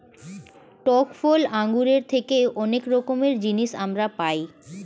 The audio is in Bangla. টক ফল আঙ্গুরের থেকে অনেক রকমের জিনিস আমরা পাই